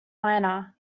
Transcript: miner